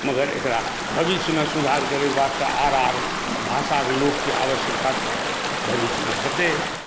मगर एकरा भविष्यमे सुधार करैके वास्ते आर आर भाषाके लोकके आवश्यकता तऽ भविष्यमे हेतै